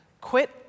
quit